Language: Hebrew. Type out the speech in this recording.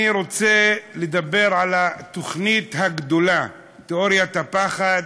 אני רוצה לדבר על התוכנית הגדולה, תיאוריית הפחד,